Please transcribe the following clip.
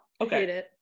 Okay